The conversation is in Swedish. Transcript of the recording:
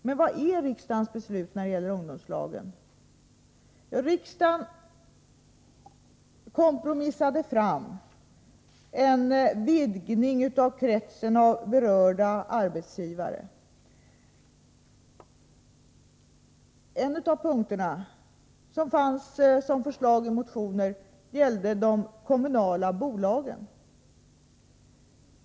Men vad är riksdagens beslut när det gäller ungdomslagen? Riksdagen kompromissade fram en vidgning av kretsen av berörda arbetsgivare. Ett motionsyrkande gällde de kommunala bolagen.